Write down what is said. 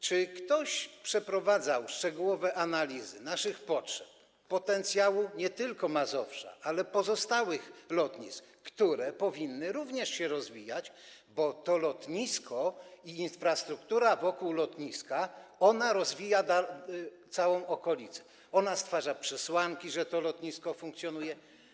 Czy ktoś przeprowadzał szczegółowe analizy naszych potrzeb, potencjału nie tylko Mazowsza, ale i pozostałych lotnisk, które również powinny się rozwijać, bo to lotnisko i infrastruktura wokół lotniska rozwijają całą okolicę, infrastruktura stwarza przesłanki, że to lotnisko funkcjonuje.